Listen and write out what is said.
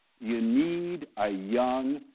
you need a young,